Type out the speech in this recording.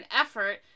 effort